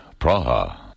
Praha